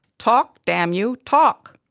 talk, damn you, talk!